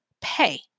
pay